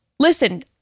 Listen